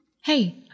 Hey